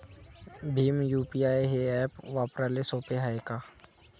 Bhim UPI हे app वापराले सोपे हाय का?